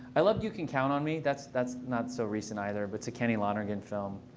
i love you can count on me. that's that's not so recent either. but it's a kerry lonergan film.